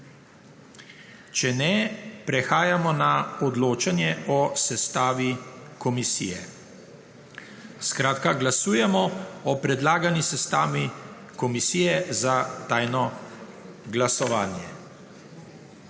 Če ne, prehajamo na odločanje o sestavi komisije. Glasujemo o predlagani sestavi komisije za tajno glasovanje.